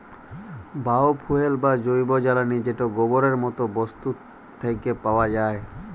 bio fuel বা জৈব জ্বালালী যেট গোবরের মত বস্তু থ্যাকে পাউয়া যায়